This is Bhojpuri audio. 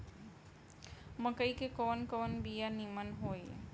मकई के कवन कवन बिया नीमन होई?